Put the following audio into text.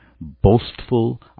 boastful